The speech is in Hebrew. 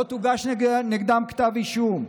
לא יוגש נגדם כתב אישום.